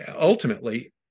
ultimately